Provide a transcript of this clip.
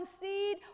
seed